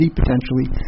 potentially